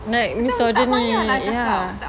like misogyny ya